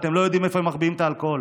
אתם לא יודעים איפה הם מחביאים את האלכוהול,